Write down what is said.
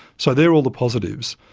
so they're all the positives.